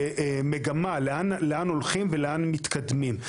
ומגמה לאן הולכים ולאן מתקדמים.